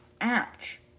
Ouch